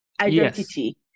identity